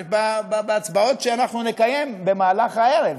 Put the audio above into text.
בהצבעות שאנחנו נקיים במהלך הערב.